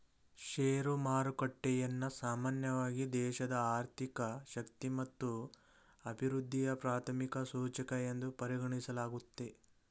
share ಮಾರುಕಟ್ಟೆಯನ್ನ ಸಾಮಾನ್ಯವಾಗಿ ದೇಶದ ಆರ್ಥಿಕ ಶಕ್ತಿ ಮತ್ತು ಅಭಿವೃದ್ಧಿಯ ಪ್ರಾಥಮಿಕ ಸೂಚಕ ಎಂದು ಪರಿಗಣಿಸಲಾಗುತ್ತೆ